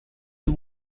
two